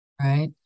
right